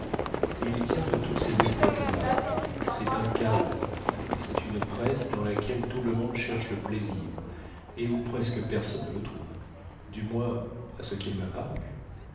il tient de toutes ces espèces là c'est un chaos c'est une presse dans laquelle tout le monde cherche le plaisir et où presque personne ne le trouve du moins à ce qu'il m'a paru